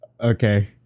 Okay